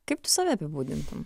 kaip tu save apibūdintum